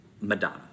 Madonna